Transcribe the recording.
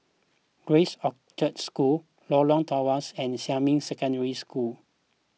Grace Orchard School Lorong Tawas and Xinmin Secondary School